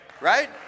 right